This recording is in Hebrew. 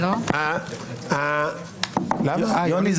יותר